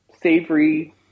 savory